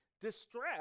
Distress